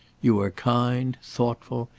you are kind, thoughtful,